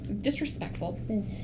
disrespectful